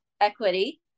equity